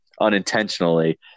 unintentionally